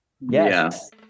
Yes